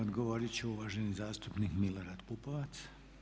Odgovorit će uvaženi zastupnik Milorad Pupovac.